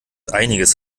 einiges